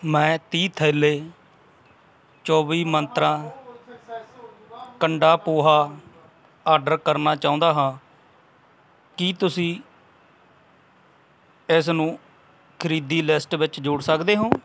ਮੈਂ ਤੀਹ ਥੈਲੈ ਚੌਵੀ ਮੰਤਰਾਂ ਕਾਂਦਾ ਪੋਹਾ ਆਰਡਰ ਕਰਨਾ ਚਾਹੁੰਦਾ ਹਾਂ ਕਿ ਤੁਸੀਂ ਇਸਨੂੰ ਖਰੀਦੀ ਲਿਸਟ ਵਿੱਚ ਜੋੜ ਸਕਦੇ ਹੋ